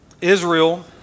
Israel